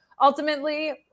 ultimately